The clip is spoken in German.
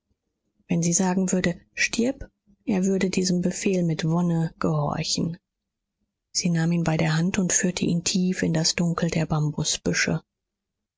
wenn sie sagen würde stirb er würde diesem befehl mit wonne gehorchen sie nahm ihn bei der hand und führte ihn tief in das dunkel der